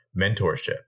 mentorship